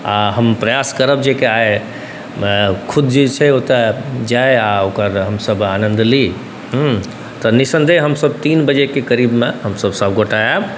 आओर हम प्रयास करब जेकि आइ खुद जे छै ओतऽ जाइ आओर हमसब ओकर आनन्द ली हँ तऽ निस्सन्देह हमसब तीन बजेके करीबमे हमसब सभगोटा आएब